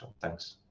thanks